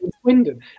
Swindon